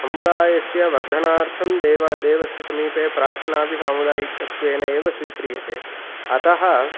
समुदायस्य वर्धनार्थं देव देवस्य समीपे प्रार्थनापि सामुदायिकत्वेनैव स्वीक्रियते अतः